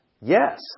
Yes